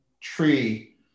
tree